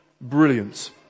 Brilliant